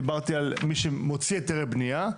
דיברתי על מי שמוציא היתרי בנייה.